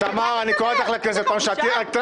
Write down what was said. תמר, אני קורא אותך לסדר פעם שנייה.